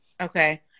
Okay